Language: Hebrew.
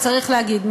צריך להגיד,